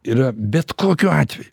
yra bet kokiu atveju